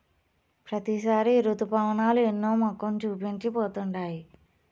ప్రతిసారి రుతుపవనాలు ఎన్నో మొఖం చూపించి పోతుండాయి